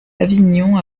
avignon